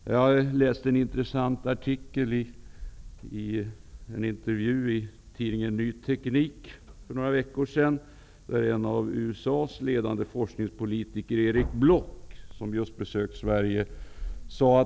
För några veckor sedan läste jag i tidningen Ny teknik en intressant intervju med USA:s ledande forskningspolitiker Erich Bloch, som just besökt Sverige.